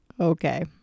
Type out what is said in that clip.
Okay